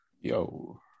Yo